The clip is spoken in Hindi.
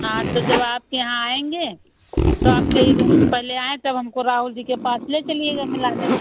हाँ तो जब आपके यहाँ आएँगे तो आपके ही रूम पर पहले आऍं तब हमको राहुल जी के पास ले चलिएगा मिलाने